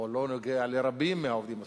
או לא נוגע לרבים מהעובדים הסוציאליים,